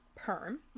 Perm